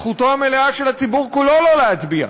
זכותו המלאה של הציבור כולו לא להצביע.